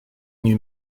new